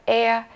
air